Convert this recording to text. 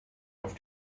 auf